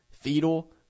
fetal